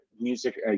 music